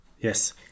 yes